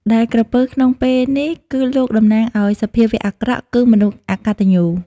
ដែលក្រពើ ក្នុងពេលនេះ គឺលោកតំណាងឲ្យសភាវៈអាក្រក់ គឺមនុស្សអកត្តញ្ញូ ។